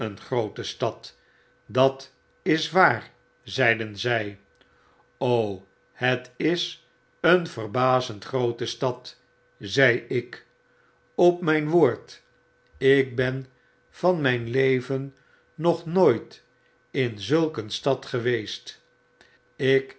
groote stad dat is waar zeiden zy het is een v e r b a z e n d groote stad zei ik op myn woord ik ben van myn leven nog nooit in zulk een stad geweest ik